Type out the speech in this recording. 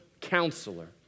Counselor